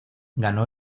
ganó